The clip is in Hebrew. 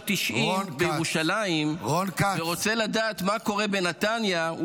90 בירושלים ורוצה לדעת מה קורה בנתניה,